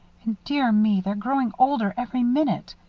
and dear me, they're growing older every minute.